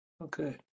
Okay